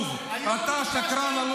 אתה שקרן.